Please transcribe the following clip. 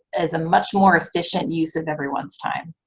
is a much more efficient use of everyone's time.